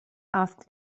asked